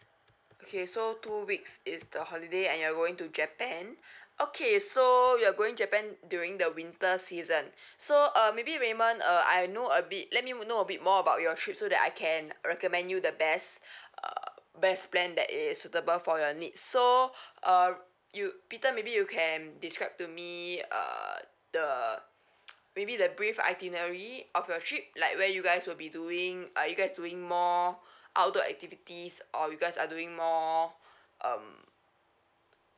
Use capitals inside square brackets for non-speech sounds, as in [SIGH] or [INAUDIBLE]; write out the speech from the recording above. okay so two weeks is the holiday and you're going to japan [BREATH] okay so you're going japan during the winter season [BREATH] so uh maybe raymond uh I know a bit let me know a bit more about your trip so that I can recommend you the best [BREATH] uh best plan that is suitable for your needs so [BREATH] uh you peter maybe you can describe to me uh the [NOISE] maybe the brief itinerary of your trip like where you guys will be doing are you guys doing more outdoor activities or you guys are doing more um